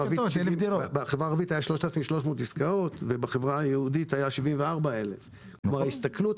בחברה הערבית היו 3,300 עסקאות ואילו בחברה היהודית היו 74,000 עסקאות.